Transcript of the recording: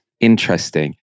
interesting